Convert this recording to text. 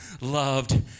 loved